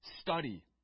study